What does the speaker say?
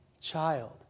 child